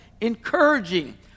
encouraging